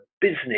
business